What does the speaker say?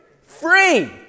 Free